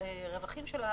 הרווחים שלה,